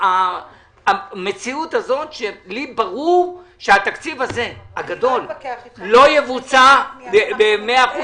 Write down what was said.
המציאות הזאת לי ברור שהתקציב הגדול הזה לא יבוצע ב-100%,